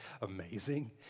amazing